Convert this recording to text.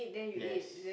yes